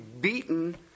beaten